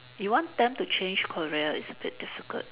you want them to change career is a bit difficult